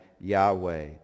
Yahweh